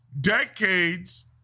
decades